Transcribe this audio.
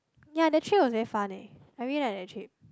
ya that trip was very fun eh I really like that trip